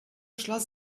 schloss